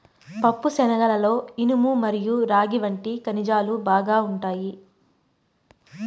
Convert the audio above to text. పప్పుశనగలలో ఇనుము మరియు రాగి వంటి ఖనిజాలు బాగా ఉంటాయి